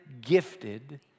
gifted